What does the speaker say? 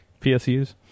PSUs